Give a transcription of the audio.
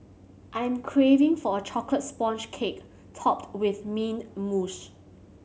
I am craving for a chocolate sponge cake topped with mint mousse